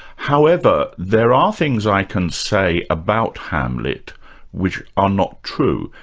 however, there are things i can say about hamlet which are not true.